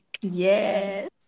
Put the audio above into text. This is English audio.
Yes